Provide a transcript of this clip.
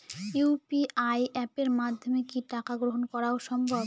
UPI অ্যাপের মাধ্যমে কি টাকা গ্রহণ করাও সম্ভব?